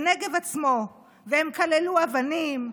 בנגב עצמו, והם כללו אבנים,